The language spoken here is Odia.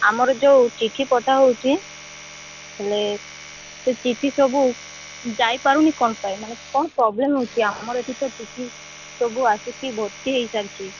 ଆମର ଯୋଉ ଚିଠି ପଠା ହେଉଛି ହେଲେ ସେ ଚିଠି ସବୁ ଯାଇପାରୁନି କ'ଣ ପାଇଁ ମାନେ କ'ଣ ପ୍ରୋବ୍ଲେମ୍ ହେଉଛି ଆମର ଏଠି ତ ଚିଠି ସବୁ ଆସିକି ଭର୍ତ୍ତି ହୋଇସାରିଛି